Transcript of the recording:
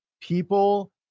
people